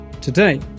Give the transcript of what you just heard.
Today